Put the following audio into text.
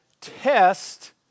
test